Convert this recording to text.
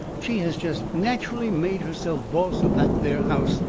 she has jest natcherally made herself boss of that there house,